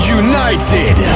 united